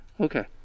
Okay